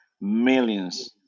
Millions